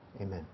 Amen